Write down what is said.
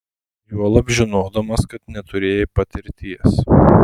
juolab žinodamas kad neturėjai patirties